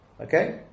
Okay